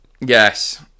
Yes